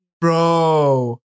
bro